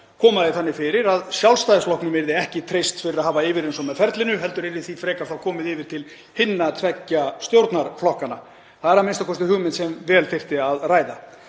koma því þannig fyrir að Sjálfstæðisflokknum yrði ekki treyst fyrir að hafa yfirumsjón með ferlinu heldur yrði því frekar komið yfir til hinna tveggja stjórnarflokkanna. Það er a.m.k. hugmynd sem vel þyrfti að ræða.